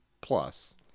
plus